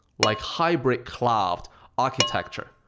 like hybrid cloud architecture,